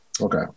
Okay